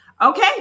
okay